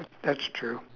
that's true